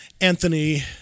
Anthony